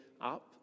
up